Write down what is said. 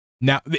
Now